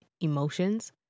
emotions